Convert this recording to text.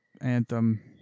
Anthem